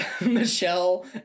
Michelle